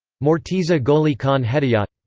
morteza gholi khan hedayat